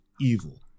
evil